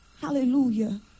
Hallelujah